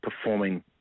performing